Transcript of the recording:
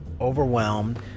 overwhelmed